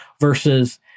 versus